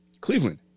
Cleveland